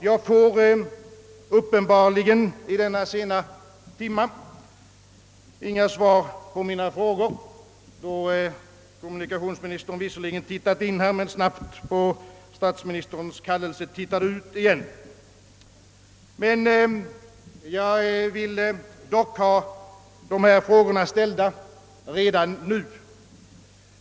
Jag får uppenbarligen i denna sena timma inga svar på mina frågor — kommunikationsministern tittade snabbt in i kammaren men tittade på statsministerns kallelse lika snabbt ut igen. Jag har emellertid velat ställa dessa frågor redan nu.